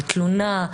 בתלונה,